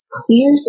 clear